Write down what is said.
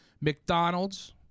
McDonald's